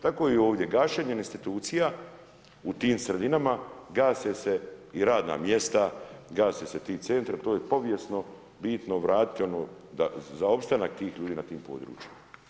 Tako i ovdje, gašenjem institucija u tim sredinama, gase se i radna mjesta, gase se i ti centri, a to je povijesno bitno vratiti, ono za opstanak tih ljudi na tim područjima.